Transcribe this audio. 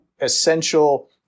essential